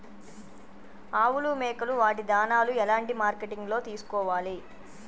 ఆవులు మేకలు వాటి దాణాలు ఎలాంటి మార్కెటింగ్ లో తీసుకోవాలి?